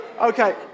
Okay